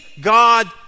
God